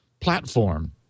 platform